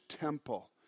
temple